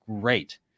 Great